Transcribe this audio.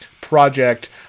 project